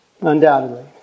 Undoubtedly